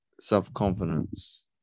self-confidence